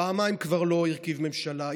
וכבר פעמיים הוא לא הרכיב ממשלה,